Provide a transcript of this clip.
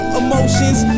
emotions